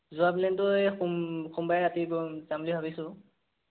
যোৱা প্লেনটো এই সোম সোমবাৰে ৰাতি যাম বুলি ভাবিছোঁ